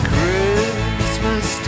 Christmas